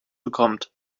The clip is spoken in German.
bekommt